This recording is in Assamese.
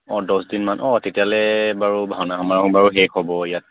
অঁ দহদিনমান অঁ তেতিয়'লে বাৰু ভাওনা সমাৰোহ বাৰু শেষ হ'ব ইয়াত